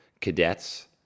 cadets